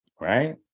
right